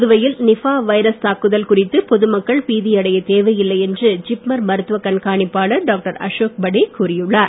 புதுவையில் Nipah virus தாக்குதல் குறித்து பொதுமக்கள் பீதியடையத் தேவையில்லை என்று ஜிப்மர் மருத்துவக் கண்காணிப்பாளர் டாக்டர் அசோக் படே கூறியுள்ளார்